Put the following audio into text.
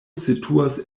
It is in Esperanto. situas